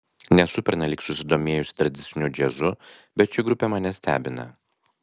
nesu pernelyg susidomėjus tradiciniu džiazu bet ši grupė mane stebina